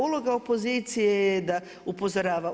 Uloga opozicije je da upozorava.